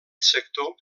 sector